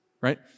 right